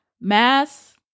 mass